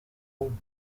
room